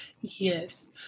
Yes